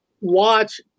watch